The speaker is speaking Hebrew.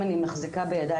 אם אני מחזיקה בידי,